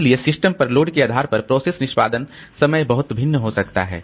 इसलिए सिस्टम पर लोड के आधार पर प्रोसेस निष्पादन समय बहुत भिन्न हो सकता है